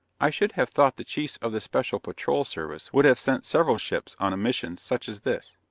i should have thought the chiefs of the special patrol service would have sent several ships on a mission such as this.